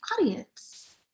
audience